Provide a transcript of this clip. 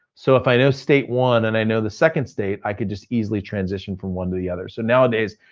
so if i know state one and i know the second state, i can just easily transition from one to the other. so nowadays,